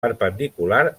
perpendicular